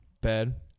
Bad